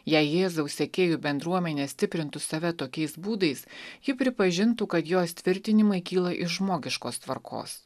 jei jėzaus sekėjų bendruomenė stiprintų save tokiais būdais ji pripažintų kad jos tvirtinimai kyla iš žmogiškos tvarkos